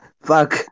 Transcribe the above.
fuck